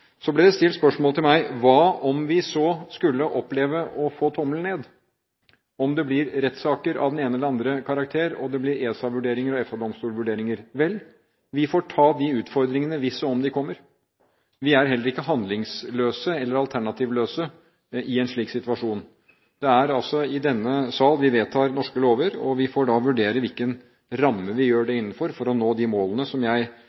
Så ble det stilt spørsmål til meg: Hva om vi så skulle oppleve å få tommelen ned, at det blir rettssaker av den ene eller den andre karakter, og at det blir vurderinger i ESA og i EFTA-domstolen? Vel, vi får ta de utfordringene hvis og om de kommer. Vi er heller ikke handlingsløse eller alternativløse i en slik situasjon. Det er altså i denne sal vi vedtar norske lover, og vi får vurdere hvilken ramme vi gjør det innenfor for å nå de målene som jeg